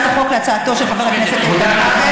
החוק להצעתו של חבר הכנסת איתן כבל.